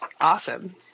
Awesome